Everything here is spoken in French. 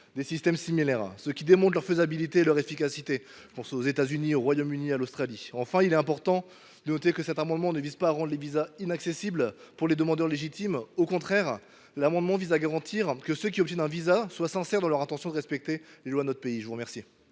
des systèmes similaires, ce qui démontre leur faisabilité et leur efficacité – je pense aux États Unis, au Royaume Uni, à l’Australie. Enfin, cet amendement ne vise pas à rendre les visas inaccessibles aux demandeurs légitimes, mais, au contraire, à garantir que ceux qui obtiennent un visa soient sincères dans leur intention de respecter les lois de notre pays. L’amendement